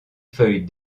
feuilles